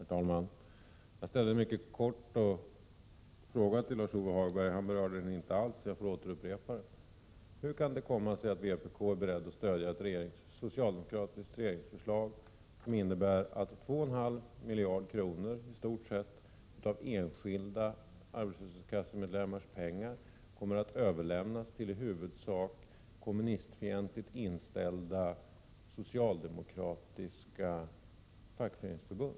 Herr talman! Jag ställde en mycket kort fråga till Lars-Ove Hagberg. Han berörde den inte alls. Jag får därför upprepa den: Hur kan det komma sig att vpk är berett att stödja ett socialdemokratiskt regeringsförslag som innebär att i stort sett 2,5 miljarder kronor av enskilda arbetslöshetskassemedlemmars pengar kommer att överlämnas till i huvudsak kommunistfientligt inställda socialdemokratiska fackförbund?